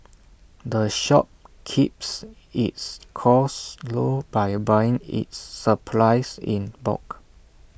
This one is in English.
the shop keeps its costs low by buying its supplies in bulk